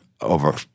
over